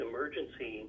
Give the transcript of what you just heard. emergency